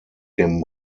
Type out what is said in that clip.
dem